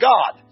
God